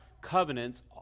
covenants